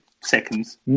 seconds